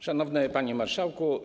Szanowny Panie Marszałku!